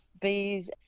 bees